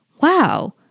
wow